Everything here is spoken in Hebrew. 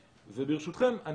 ברשותכם,